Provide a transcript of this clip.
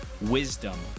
wisdom